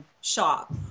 shop